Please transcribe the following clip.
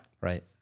Right